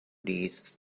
read